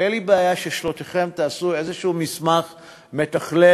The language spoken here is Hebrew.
אין לי בעיה ששלושתכם תעשו מסמך מתכלל,